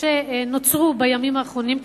שנוצרו בימים האחרונים,